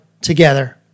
together